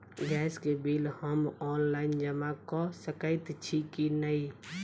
Gas केँ bill हम online जमा कऽ सकैत छी की नै?